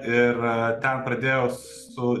ir ten pradėjau su